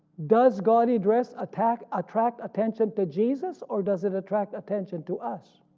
does gaudy dress attract attract attention to jesus or does it attract attention to us?